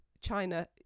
china